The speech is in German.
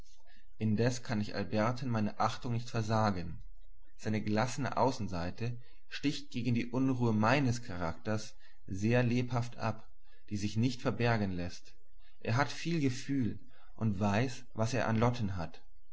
indes kann ich alberten meine achtung nicht versagen seine gelassene außenseite sticht gegen die unruhe meines charakters sehr lebhaft ab die sich nicht verbergen läßt er hat viel gefühl und weiß was er an lotten hat